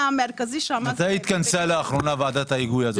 מתי התכנסה לאחרונה ועדת ההיגוי הזאת?